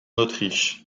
autriche